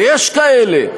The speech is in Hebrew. ויש כאלה,